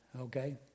Okay